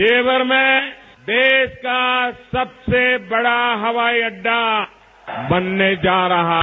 जेवर में देश का सबसे बड़ा हवाई अड्डा बनने जा रहा है